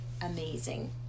Amazing